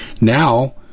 Now